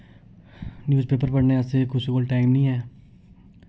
newspaper पढ़ने आस्तै कुसै कोल टाइम निं ऐ